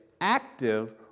active